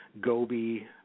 Gobi